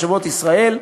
מחשבת ישראל.